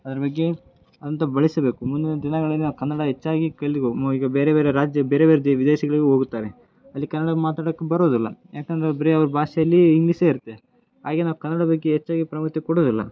ಅದ್ರ ಬಗ್ಗೆ ಅಂತ ಬಳಸಬೇಕು ಮುಂದಿನ ದಿನಗಳಲ್ಲಿ ಆ ಕನ್ನಡ ಹೆಚ್ಚಾಗಿ ಕಲಿಬೋದು ಮೊ ಈಗ ಬೇರೆ ಬೇರೆ ರಾಜ್ಯ ಬೇರೆ ಬೇರೆ ದೇ ವಿದೇಶಗಳಿಗೆ ಹೋಗುತ್ತಾರೆ ಅಲ್ಲಿ ಕನ್ನಡ ಮಾತಾಡಕ್ಕೆ ಬರೋದಿಲ್ಲ ಯಾಕಂದರೆ ಅವ್ರು ಬರೇ ಅವ್ರ ಭಾಷೆಯಲ್ಲಿ ಇಂಗ್ಲೀಷೇ ಇರುತ್ತೆ ಆಗ ಏನು ಅವ್ರು ಕನ್ನಡದ ಬಗ್ಗೆ ಹೆಚ್ಚಾಗಿ ಕೊಡುವುದಿಲ್ಲ